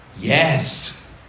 Yes